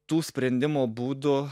tų sprendimo būdų